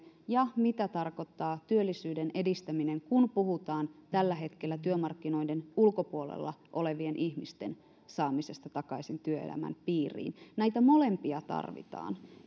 ja mitä tarkoittaa työllisyyden edistäminen kun puhutaan tällä hetkellä työmarkkinoiden ulkopuolella olevien ihmisten saamisesta takaisin työelämän piiriin näitä molempia tarvitaan